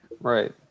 Right